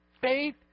Faith